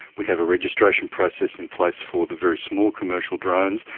we have a registration process in place for the very small commercial drones.